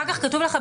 אחרי כך כתוב לך,